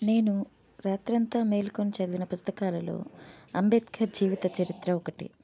నేను రాత్రంతా మేలుకొని చదివిన పుస్తకాలలో అంబేద్కర్ జీవిత చరిత్ర ఒకటి